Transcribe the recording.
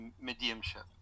mediumship